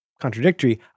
contradictory